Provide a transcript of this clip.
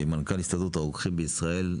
מנכ"ל התאחדות הרוקחים בישראל,